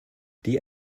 die